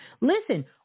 listen